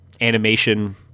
animation